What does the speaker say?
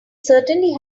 certainly